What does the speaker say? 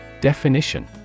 Definition